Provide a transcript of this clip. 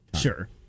Sure